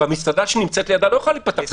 והמסעדה שנמצאת לידה לא יכולה להיפתח?